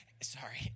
sorry